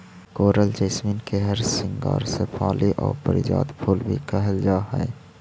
कोरल jasmine के हरसिंगार शेफाली आउ पारिजात फूल भी कहल जा हई